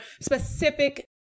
specific